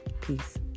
Peace